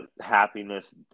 happiness